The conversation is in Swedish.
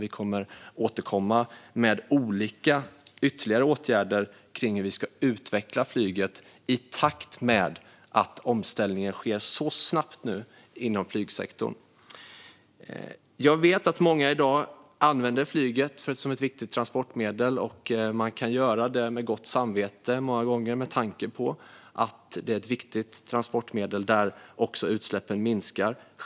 Vi kommer att återkomma med olika ytterligare åtgärder för hur vi ska utveckla flyget i takt med omställningen inom flygsektorn, som nu sker snabbt. Jag vet att många i dag använder flyget som ett viktigt transportmedel. Man kan många gånger göra det med gott samvete med tanke på att det är ett viktigt transportmedel vars utsläpp också minskar.